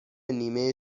نیمه